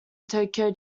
tokyo